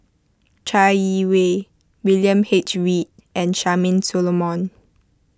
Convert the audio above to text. Chai Yee Wei William H Read and Charmaine Solomon